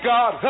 God